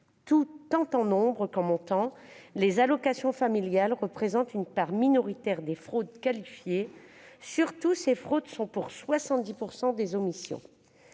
Tant en nombre qu'en montant, les allocations familiales représentent une part minoritaire des fraudes qualifiées. Surtout, ces fraudes sont pour 70 % des omissions.